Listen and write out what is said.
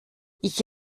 ich